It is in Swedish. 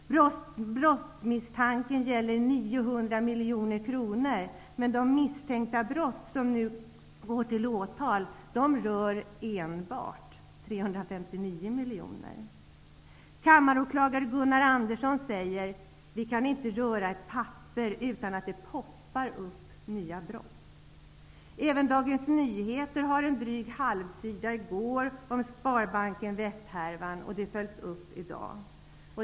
Brottsmisstanken gäller 900 miljoner kronor. Men de misstänkta brott som nu leder till åtal rör enbart 359 miljoner. Kammaråklagare Gunnar Andersson säger: Vi kan inte röra ett pappar utan att det poppar upp nya brott. Även Dagens Nyheter hade i går en dryg halvsida om ''Sparbanken Väst-härvan'', och det följs upp i dag.